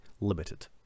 limited